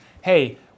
hey